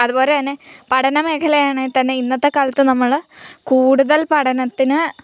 അതുപോലെ തന്നെ പഠന മേഖലയാണെങ്കിൽ തന്നെ ഇന്നത്തെ കാലത്ത് നമ്മൾ കൂടുതൽ പഠനത്തിന്